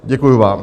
Děkuji vám.